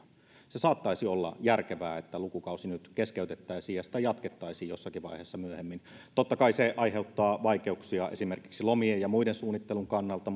se saattaisi olla järkevää että lukukausi nyt keskeytettäisiin ja sitä jatkettaisiin jossakin vaiheessa myöhemmin totta kai se aiheuttaa vaikeuksia esimerkiksi lomien ja muiden suunnittelun kannalta